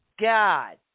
God